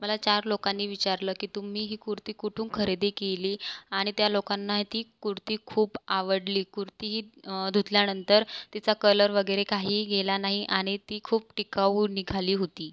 मला चार लोकांनी विचारलं की तुम्ही ही कुर्ती कुठून खरेदी केली आणि त्या लोकांना ती कुर्ती खूप आवडली कुर्तीही धुतल्यानंतर तिचा कलर वगैरे काही गेला नाही आणि ती खूप टिकाऊ निघाली होती